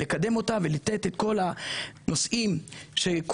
לקדם אותה ולתת את כל הנושאים שכרוכים